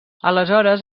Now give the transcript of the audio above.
aleshores